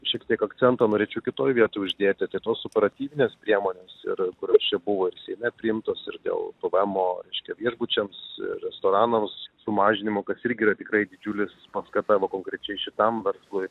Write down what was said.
šiek tiek akcentą norėčiau kitoj vietoj uždėti tai tos operatyvinės priemonės ir kurios čia buvo ir seime priimtos ir dėl pėvėemo reiškia viešbučiams restoranams sumažinimo kas irgi yra tikrai didžiulis paskata va konkrečiai šitam verslui